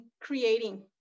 creating